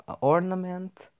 ornament